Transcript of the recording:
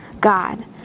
God